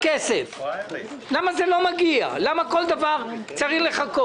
כשדחפתם את חוק סגירת המרכולים בשבת לא דאגתם לסטטוס קוו.